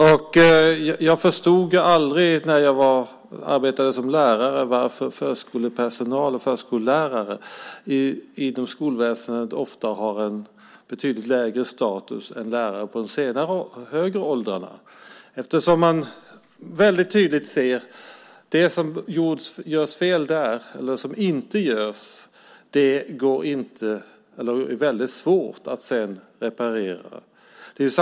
När jag arbetade som lärare förstod jag aldrig varför förskolepersonal och förskollärare inom skolväsendet ofta har en betydligt lägre status än lärare som arbetar med äldre barn. Det som görs fel, eller inte görs, under förskoletiden är väldigt svårt att sedan reparera.